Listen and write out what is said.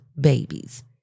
babies